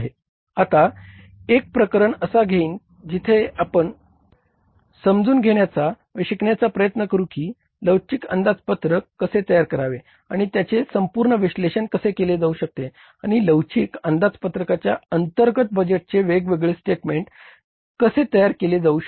आता एक प्रकरण असा घेईन जिथे आपण समजून घेण्याचा व शिकण्याचा प्रयत्न करू की लवचिक अंदाजपत्रक कसे तयार करावे आणि त्याचे संपूर्ण विश्लेषण कसे केले जाऊ शकते आणि लवचिक अंदाजपत्रकाच्या अंतर्गत बजेटचे वेगवेगळे स्टेटमेंट कसे तयार केले जाऊ शकते